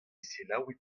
selaouit